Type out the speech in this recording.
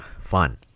fun